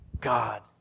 God